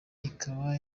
ikaba